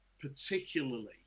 particularly